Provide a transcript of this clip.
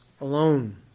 alone